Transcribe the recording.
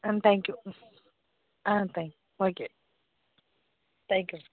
ah thank you ah thank you okay thank you